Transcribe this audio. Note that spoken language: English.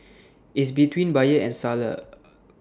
is between buyer and seller